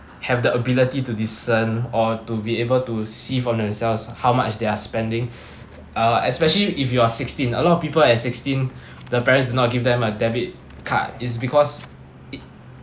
have the ability to discern or to be able to see for themselves how much they are spending uh especially if you are sixteen a lot of people at sixteen the parents do not give them a debit card is because it